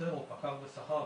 שוטר או פקח בשכר.